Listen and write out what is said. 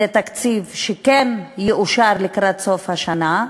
זה תקציב שכן יאושר לקראת סוף השנה,